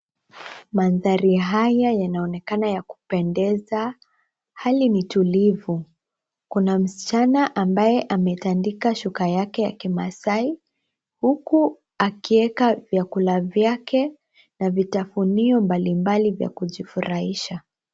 Mandhari haya yanaonekana ya kupendeza, hali ni tulivu. Kuna msichana ambaye ametandika shuka yake ya kimaasai, huku akiweka vyakula vyake na vitafunio mbalimbali vya kujifurahisha.